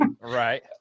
Right